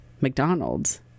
McDonald's